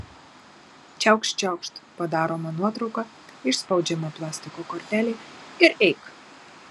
čiaukšt čiaukšt padaroma nuotrauka išspaudžiama plastiko kortelė ir eik